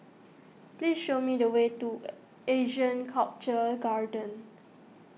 please show me the way to Asean Sculpture Garden